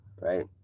right